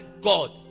God